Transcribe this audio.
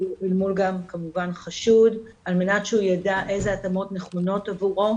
אל מול גם כמובן חשוד על מנת שהוא ידע איזה התאמות נכונות עבורו,